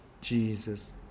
Jesus